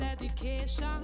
education